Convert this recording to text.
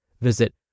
Visit